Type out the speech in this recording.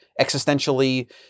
existentially